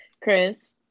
Chris